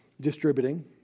distributing